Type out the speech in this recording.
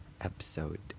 episode